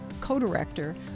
co-director